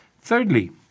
Thirdly